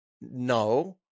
no